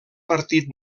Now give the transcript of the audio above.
partit